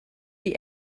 die